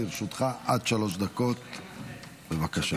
לרשותך עד שלוש דקות, בבקשה.